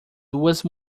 duas